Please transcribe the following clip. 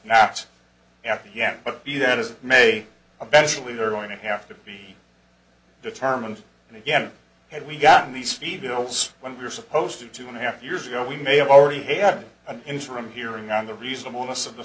not after yet but be that as it may eventually they're going to have to be determined and again had we gotten these females when we were supposed to two and a half years ago we may have already had an interim hearing on the reasonableness of the